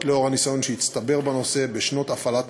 לאור הניסיון שהצטבר בנושא בשנות הפעלת